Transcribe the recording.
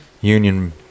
union